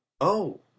Oh